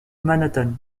manhattan